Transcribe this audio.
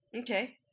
Okay